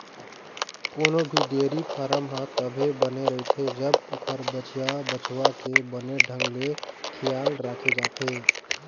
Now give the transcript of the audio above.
कोनो भी dairy farm ह तभे बने रहिथे जब ओखर बछिया, बछवा के बने ढंग ले खियाल राखे जाथे